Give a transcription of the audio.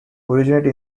originate